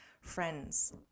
friends